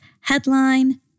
Headline